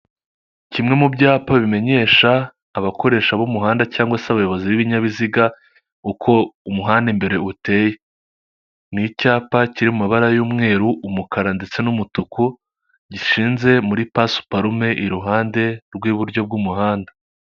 Kimwe mu byapa bimenyesha abakoresha b'umuhanda cyangwa se abayobozi b'ibinyabiziga, uko umuhanda mbere uteye ni icyapa kiri mu mabara y'umweru umukara ndetse n'umutuku, gishinze muri pasuparume iruhande rw'iburyo bw'umuhanda.